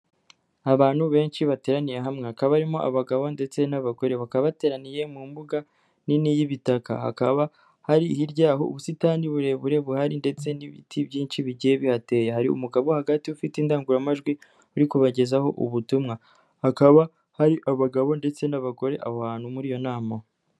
Abantu benshi bateraniye hamwe hakaba harimo abagabo ndetse n'abagore, bakaba bateraniye mu mbuga nini y'ibitaka, hakaba hari hirya yaho ubusitani burebure buhari ndetse n'ibiti byinshi bigiye bihateye, hari umugabo wo hagati ufite indangururamajwi uri kubagezaho ubutumwa, hakaba hari abagabo ndetse n'abagore aho hantu muri iyo nama.